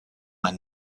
ein